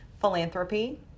philanthropy